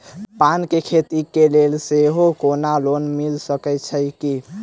पान केँ खेती केँ लेल सेहो कोनो लोन मिल सकै छी की?